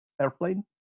airplane